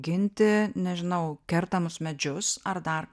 ginti nežinau kertamus medžius ar dar